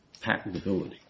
patentability